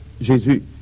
Jésus